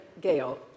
Gail